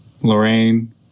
Lorraine